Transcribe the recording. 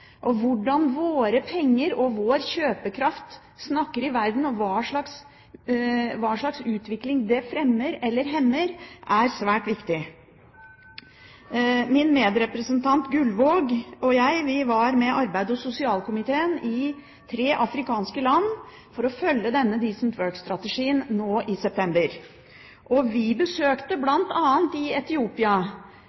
Og hvordan våre penger og vår kjøpekraft snakker i verden, og hva slags utvikling det fremmer eller hemmer, er svært viktig. Min medrepresentant Gullvåg og jeg var med arbeids- og sosialkomiteen i tre afrikanske land for å følge denne «decent work»-strategien nå i september. Vi besøkte